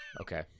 Okay